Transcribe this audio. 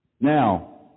Now